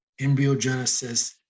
embryogenesis